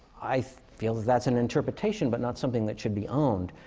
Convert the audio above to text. i feel that that's an interpretation, but not something that should be owned.